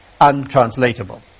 untranslatable